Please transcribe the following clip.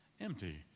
empty